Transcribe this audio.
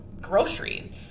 groceries